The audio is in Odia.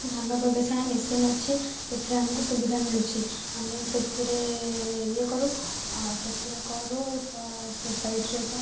ଧାନ ଗବେଷଣା ମେସିନ୍ ଅଛି ସେଥିରେ ଆମକୁ ସୁବିଧା ମିଳୁଛି ଆମେ ସେଥିରେ ଇଏ କରୁ ସେଥିରେ କରୁ ତ ସୋସାଇଟିରେ ତ